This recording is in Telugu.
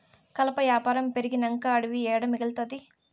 కలప యాపారం పెరిగినంక అడివి ఏడ మిగల్తాది